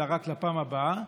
אלא רק לפעם הבאה,